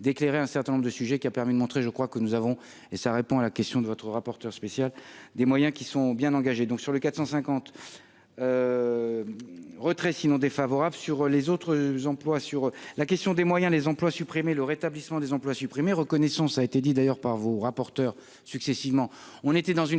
d'éclairer un certain nombre de sujets qui a permis de montrer, je crois que nous avons et ça répond à la question de votre rapporteur spécial des moyens qui sont bien engagés, donc sur les 450 retrait sinon défavorable sur les autres employes sur la question des moyens, les emplois supprimés, le rétablissement des emplois supprimés reconnaissance ça été dit d'ailleurs par vos rapporteur successivement,